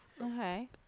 Okay